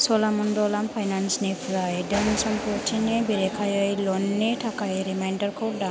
च'लामन्डलाम फाइनान्सनिफ्राय धोन सम्फथिनि बेरेखायै ल'ननि थाखाय रिमाइन्डारखौ दान